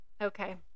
okay